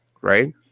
right